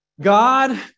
God